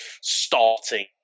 starting